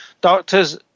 doctors